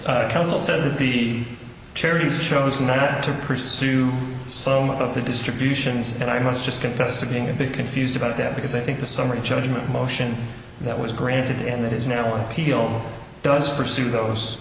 that the charities chose not to pursue some of the distributions and i must just confess to being a bit confused about that because i think the summary judgment motion that was granted and that is now an appeal does pursue those